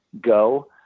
go